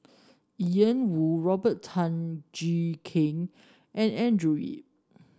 Ian Woo Robert Tan Jee Keng and Andrew Yip